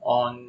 on